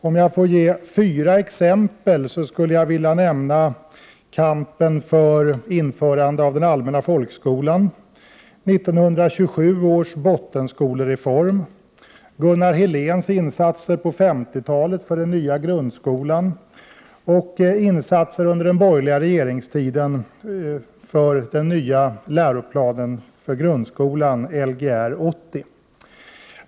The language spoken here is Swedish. Om jag får ge fyra exempel, vill jag nämna kampen för införande av den allmänna folkskolan, 1927 års bottenskolereform, Gunnar Heléns insatser på 1950-talet för den nya grundskolan samt de insatser som gjordes under den borgerliga regeringstiden för den nya läroplanen för grundskolan, Lgr 80.